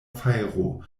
fajro